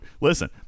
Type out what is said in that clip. listen